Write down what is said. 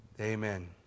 Amen